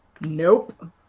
Nope